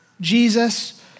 Jesus